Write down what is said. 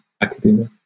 academia